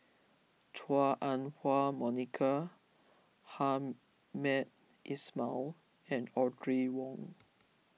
Chua Ah Huwa Monica Hamed Ismail and Audrey Wong